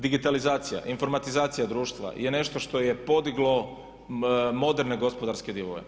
Digitalizacija, informatizacija društva je nešto što je podiglo moderne gospodarske divove.